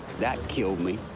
that killed me.